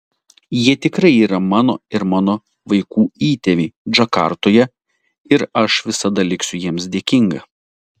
jie tikrai yra mano ir mano vaikų įtėviai džakartoje ir aš visada liksiu jiems dėkinga